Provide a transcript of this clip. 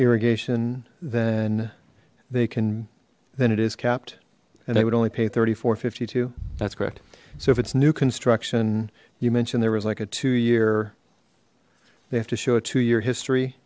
irrigation then they can then it is capped and they would only pay thirty four fifty two that's correct so if it's new construction you mentioned there was like a two year they have to show a two year history